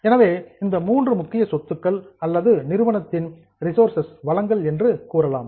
எனவே இந்த மூன்றும் முக்கிய சொத்துக்கள் அல்லது நிறுவனத்தின் ரிசோர்சஸ் வளங்கள் என்று கூறலாம்